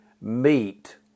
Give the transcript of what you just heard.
meet